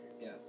Yes